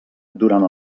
durant